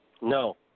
No